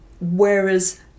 Whereas